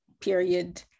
period